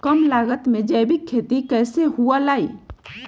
कम लागत में जैविक खेती कैसे हुआ लाई?